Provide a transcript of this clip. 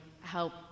help